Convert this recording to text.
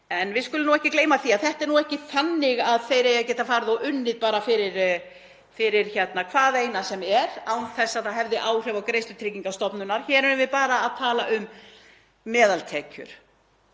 En við skulum ekki gleyma því að þetta er ekki þannig að þeir eigi að geta farið og unnið fyrir hvaða upphæð sem er án þess að það hafi áhrif á greiðslur Tryggingastofnunar, hér erum við bara að tala um meðaltekjur